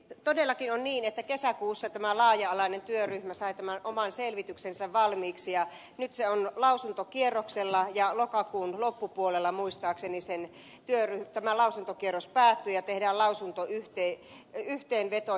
todellakin on niin että kesäkuussa tämä laaja alainen työryhmä sai tämän oman selvityksensä valmiiksi ja nyt se on lausuntokierroksella ja lokakuun loppupuolella muistaakseni tämä lausuntokierros päättyy ja tehdään lausuntoyhteenveto